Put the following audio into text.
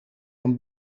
een